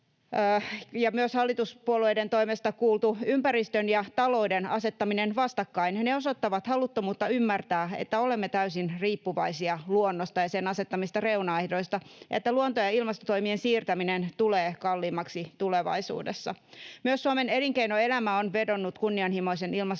ja hallituspuolueiden toimesta on kuultu myös ympäristön ja talouden asettamisesta vastakkain. Ne osoittavat haluttomuutta ymmärtää, että olemme täysin riippuvaisia luonnosta ja sen asettamista reunaehdoista ja että luonto- ja ilmastotoimien siirtäminen tulee kalliimmaksi tulevaisuudessa. Myös Suomen elinkeinoelämä on vedonnut kunnianhimoisen ilmastopolitiikan